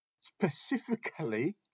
specifically